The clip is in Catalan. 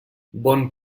bon